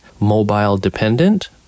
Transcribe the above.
mobile-dependent